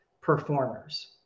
performers